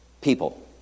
People